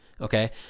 Okay